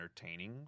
entertaining